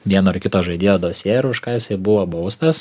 vieno ar kito žaidėjo dosję ir už ką jisai buvo baustas